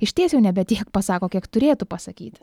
išties jau nebe tiek pasako kiek turėtų pasakyti